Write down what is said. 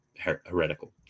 heretical